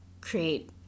create